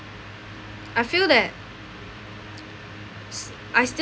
I feel that s~ I still